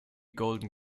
golden